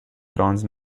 bronze